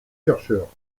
chercheurs